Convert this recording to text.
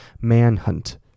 Manhunt